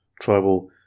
tribal